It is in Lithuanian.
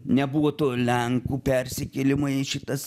nebuvo to lenkų persikėlimo į šitas